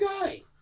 guy